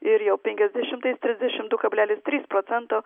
ir jau penkiasdešimtais trisdešim du kablelis trys procento